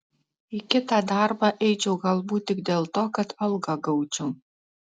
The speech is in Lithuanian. į kitą darbą eičiau galbūt tik dėl to kad algą gaučiau